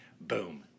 boom